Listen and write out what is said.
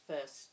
first